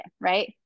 right